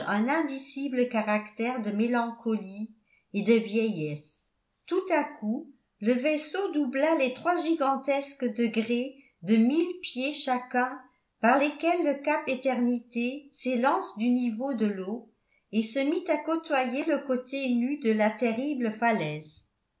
un indicible caractère de mélancolie et de vieillesse tout à coup le vaisseau doubla les trois gigantesques degrés de mille pieds chacun par lesquels le cap eternité s'élance du niveau de l'eau et se mit à côtoyer le côté nu de la terrible falaise